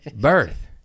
Birth